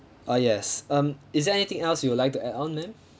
uh yes um is there anything else you would like to add on ma'am